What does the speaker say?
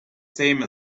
same